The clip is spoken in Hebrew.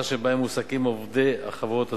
שבהם מועסקים עובדי החברות הזוכות.